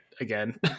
again